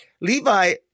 Levi